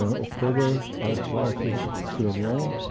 october, i fly to sierra leone,